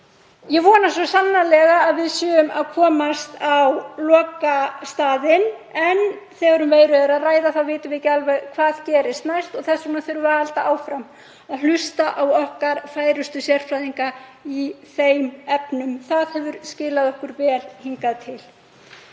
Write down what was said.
Ég vona svo sannarlega að við séum að komast á lokastaðinn, en þegar um veiru er að ræða þá vitum við ekki alveg hvað gerist næst og þess vegna þurfum við að halda áfram að hlusta á okkar færustu sérfræðinga í þeim efnum. Það hefur skilað okkur vel hingað til.